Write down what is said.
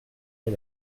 mes